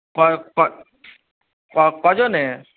কজনের